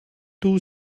two